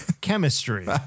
Chemistry